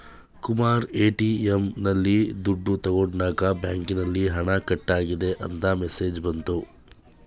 Kumara ATM ನಲ್ಲಿ ದುಡ್ಡು ತಗೊಂಡಾಗ ಬ್ಯಾಂಕಿನಲ್ಲಿ ಹಣ ಕಟ್ಟಾಗಿದೆ ಅಂತ ಮೆಸೇಜ್ ಬಂತು